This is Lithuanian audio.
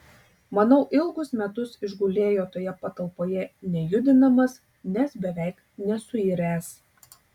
manau ilgus metus išgulėjo toje patalpoje nejudinamas nes beveik nesuiręs